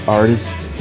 artists